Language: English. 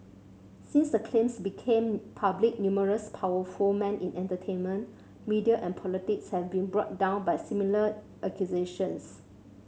since the claims became public numerous powerful men in entertainment media and politics have been brought down by similar accusations